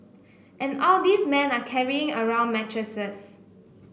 and all these men are carrying around mattresses